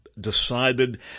decided